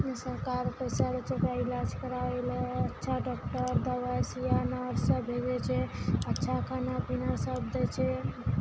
सरकार पैसा रहै छै ओकरा इलाज कराबै लऽ अच्छा डॉक्टर दबाइ सूइया नर्स सब भेजै छै अच्छा खाना पीना सब दै छै